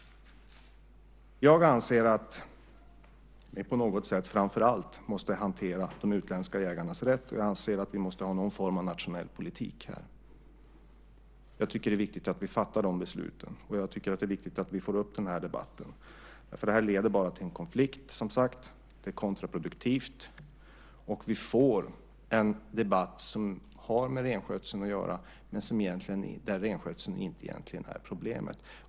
Jag anser att vi på något sätt framför allt måste hantera de utländska jägarnas rätt. Jag anser att vi måste ha någon form av nationell politik här. Jag tycker att det är viktigt att vi fattar de besluten, och jag tycker att det är viktigt att vi får upp debatten. Detta leder som sagt bara till en konflikt. Det är kontraproduktivt, och vi får en debatt som har med renskötseln att göra men där renskötseln egentligen inte är problemet.